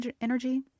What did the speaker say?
energy